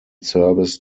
service